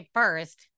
first